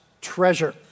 treasure